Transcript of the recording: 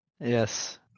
Yes